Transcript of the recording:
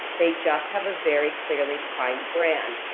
they just have a very clearly defined brand.